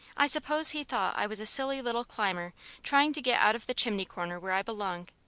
i suppose he thought i was a silly little climber trying to get out of the chimney-corner where i belong.